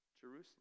Jerusalem